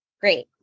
Great